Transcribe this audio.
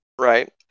Right